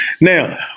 Now